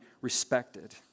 respected